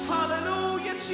Hallelujah